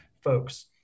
folks